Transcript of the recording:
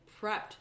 prepped